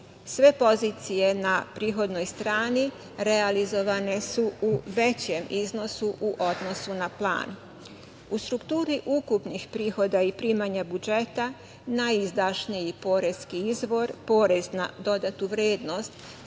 Sve pozicije na prihodnoj strani realizovane su u većem iznosu u odnosu na plan.U strukturi ukupnih prihoda i primanja budžeta najizdašniji poreski izvor, porez na dodatu vrednost